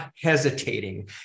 hesitating